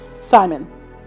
Simon